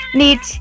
need